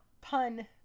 pun